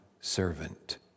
servant